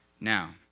Now